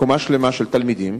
קומה שלמה של תלמידים.